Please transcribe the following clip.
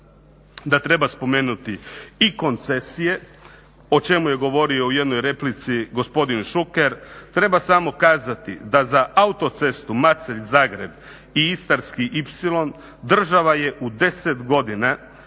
da treba spomenuti i koncesije. O čemu je govorio u jednoj replici gospodin Šuker. Treba samo kazati da za autocestu Macelj-Zagreb i Istarski ipsilon država je u 10 godina